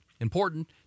important